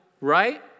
right